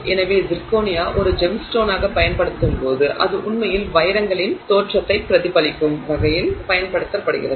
எனவே சிர்கோனியா ஒரு ஜெம்ஸ்டோனாகப் பயன்படுத்தப்படும்போது அது உண்மையில் வைரங்களின் தோற்றத்தைப் பிரதிபலிக்கும் வகையில் பயன்படுத்தப்படுகிறது